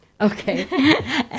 Okay